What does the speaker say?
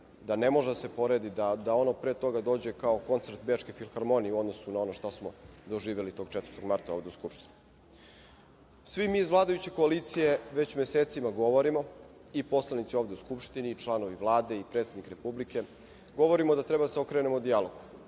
da ne može da se poredi, da ovo pre toga dođe kao koncert Bečke filharmonije u odnosu na ono šta smo doživeli tog 4. marta ovde u Skupštini. Svi mi iz vladajuće koalicije već mesecima govorimo i poslanici ovde u Skupštini i članovi Vlade i predsednik Republike, govorimo da treba da se okrenemo dijalogu.